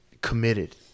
committed